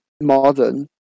modern